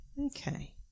Okay